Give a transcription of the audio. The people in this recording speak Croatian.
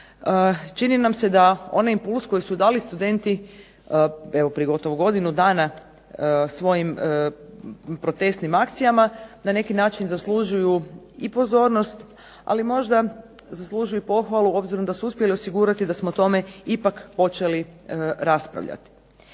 čini nam se da onaj impuls koji su dali studenti evo prije gotovo godinu dana svojim protestnim akcijama, na neki način zaslužuju i pozornost, ali možda zaslužuju i pohvalu obzirom da su uspjeli osigurati da smo tome ipak počeli raspravljati.